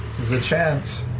is a chance.